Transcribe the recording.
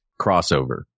crossover